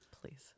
Please